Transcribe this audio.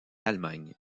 allemagne